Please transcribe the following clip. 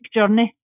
Journey